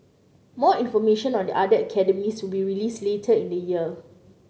more information on the other academies will be released later in the year